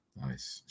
Nice